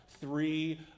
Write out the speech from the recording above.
three